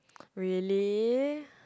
really